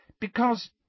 Because